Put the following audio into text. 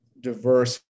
diverse